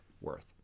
worth